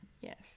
yes